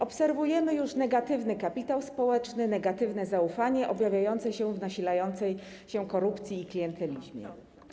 Obserwujemy już negatywny kapitał społeczny, negatywne zaufanie objawiające się w nasilającej się korupcji i klientelizmie.